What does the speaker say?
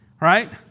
right